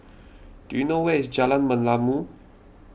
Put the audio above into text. do you know where is Jalan Merlimau